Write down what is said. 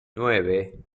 nueve